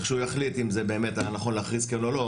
לכשהוא יחליט אם זה באמת היה נכון להכריז כן או לא,